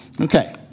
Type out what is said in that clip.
Okay